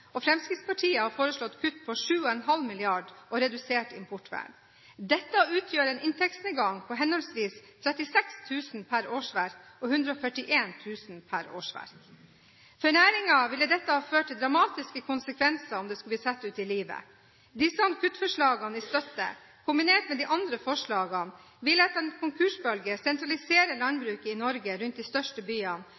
og Fremskrittspartiet har foreslått kutt på 7,5 mrd. kr og redusert importvern. Dette utgjør en inntektsnedgang på henholdsvis 36 000 kr per årsverk og 141 000 kr per årsverk. For næringen ville dette ha hatt dramatiske konsekvenser om det skulle bli satt ut i livet. Disse kuttforslagene i støtte, kombinert med de andre forslagene, ville etter en konkursbølge sentralisere